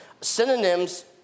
Synonyms